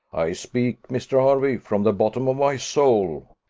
i speak, mr. hervey, from the bottom of my soul,